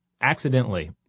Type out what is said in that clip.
accidentally